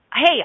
Hey